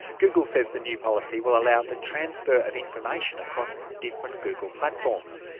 google says the new policy will allow the transfer of information across different google platforms.